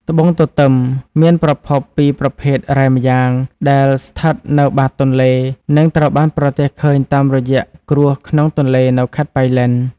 ត្បូងទទឹម មានប្រភពពីប្រភេទរ៉ែម្យ៉ាង ដែលស្ថិតនៅបាតទន្លេ និងត្រូវបានប្រទះឃើញតាមរយៈគ្រួសក្នុងទន្លេនៅខេត្តប៉ៃលិន។